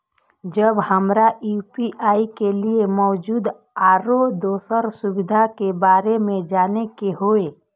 जब हमरा यू.पी.आई के लिये मौजूद आरो दोसर सुविधा के बारे में जाने के होय?